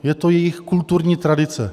Je to jejich kulturní tradice.